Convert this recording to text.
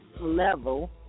Level